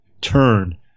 turn